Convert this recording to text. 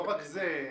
לא רק זה,